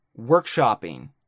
workshopping